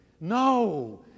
No